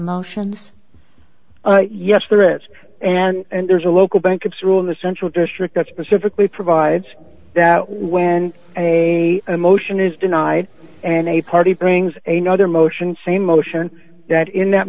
motions yes there is and there's a local banks rule in the central district that specifically provides that when a a motion is denied and a party brings a no other motion same motion that in that